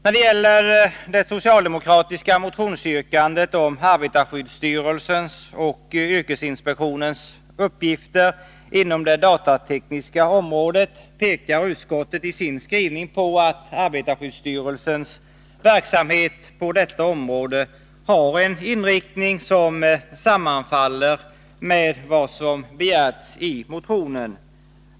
När det gäller det socialdemokratiska motionsyrkandet om arbetarskydds styrelsens och yrkesinspektionens uppgifter inom det datatekniska området pekar utskottet i sin skrivning på att arbetarskyddsstyrelsens verksamhet på detta område har en inriktning som sammanfaller med vad som begärs i motionen.